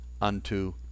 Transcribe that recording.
unto